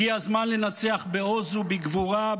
הגיע הזמן לנצח בעוז ובגבורה,